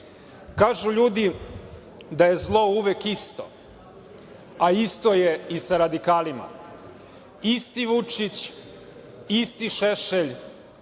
ljudi da je zlo uvek isto, a isto je i sa radikalima. Isti Vučić, isti Šešelj,